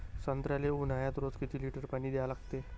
संत्र्याले ऊन्हाळ्यात रोज किती लीटर पानी द्या लागते?